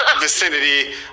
vicinity